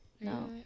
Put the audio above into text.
No